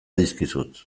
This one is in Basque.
dizkizut